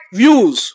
views